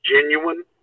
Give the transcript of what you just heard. genuine